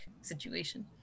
situation